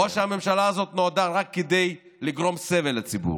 או שהממשלה הזאת נועדה רק כדי לגרום סבל לציבור?